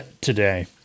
today